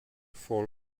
for